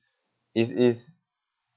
is is